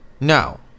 No